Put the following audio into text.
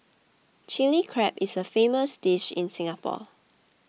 Chilli Crab is a famous dish in Singapore